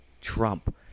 Trump